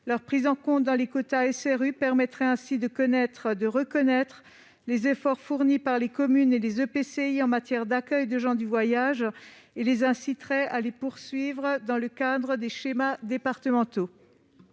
Leur prise en compte dans les quotas SRU permettrait ainsi de reconnaître les efforts fournis par les communes et les EPCI en matière d'accueil des gens du voyage et les inciterait à les poursuivre dans le cadre des schémas départementaux.